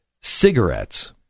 Cigarettes